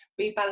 rebalance